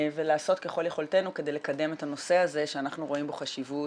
ולעשות ככל יכולתנו כדי לקדם את הנושא הזה שאנחנו רואים בו חשיבות